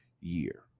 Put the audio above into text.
year